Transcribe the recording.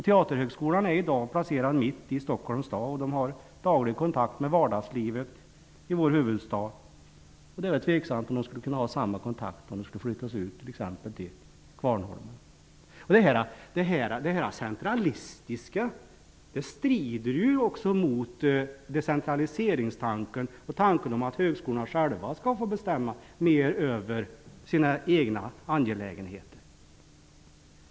Teaterhögskolan är i dag placerad mitt i Stockholms stad. Den har daglig kontakt med vardagslivet i vår huvudstad. Det är tveksamt om den skulle kunna ha samma kontakt, om den skulle flyttas ut t.ex. till Kvarnholmen. Det här centralistiska strider också mot decentraliseringstanken och tanken om att högskolorna själva skall få bestämma mer över sina egna angelägenheter.